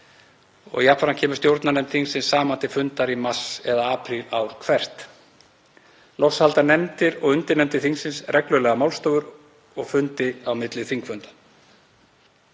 og jafnframt kemur stjórnarnefnd þingsins saman til fundar í mars eða apríl ár hvert. Loks halda nefndir og undirnefndir þingsins reglulega málstofur og fundi á milli þingfunda.